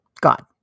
God